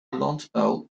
landbouw